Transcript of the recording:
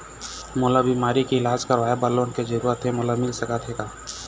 मोला बीमारी के इलाज करवाए बर लोन के जरूरत हे मोला मिल सकत हे का?